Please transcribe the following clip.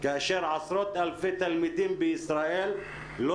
כאשר עשרות אלפי תלמידים בישראל לא